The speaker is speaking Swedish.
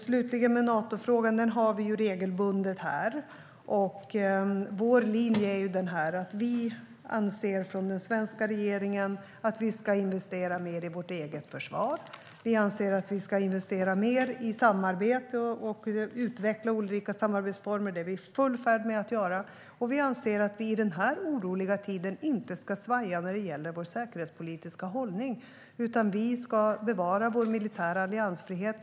Slutligen när det gäller Natofrågan: Den debatterar vi regelbundet här, och den svenska regeringens linje är att vi ska investera mer i vårt eget försvar. Vi anser att vi ska investera mer i samarbete och utveckla olika samarbetsformer. Det är vi i full färd med att göra. Vi anser också att vi i dessa oroliga tider inte ska svaja när det gäller vår säkerhetspolitiska hållning, utan vi ska bevara vår militära alliansfrihet.